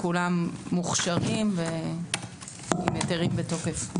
כולם מוכשרים עם היתרים בתוקף.